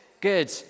good